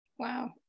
Wow